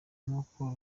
nkuko